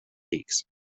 peaks